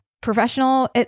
Professional